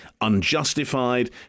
unjustified